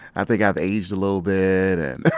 i think i've aged a little bit and.